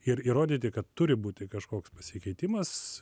ir įrodyti kad turi būti kažkoks pasikeitimas